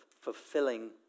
fulfilling